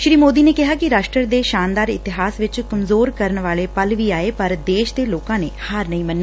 ਸ੍ਰੀ ਮੋਦੀ ਨੇ ਕਿਹਾ ਕਿ ਰਾਸਟਰ ਦੇ ਸ਼ਾਨਦਾਰ ਇਤਿਹਾਸ ਵਿਚ ਕਮਜੋਰ ਕਰਨ ਵਾਲੇ ਪਲ ਵੀ ਆਏ ਪਰ ਦੇਸ਼ ਦੇ ਲੋਕਾ ਨੇ ਹਾਰ ਨਹੀਂ ਮੰਨੀ